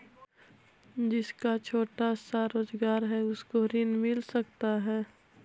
जिसका छोटा सा रोजगार है उसको ऋण मिल सकता है?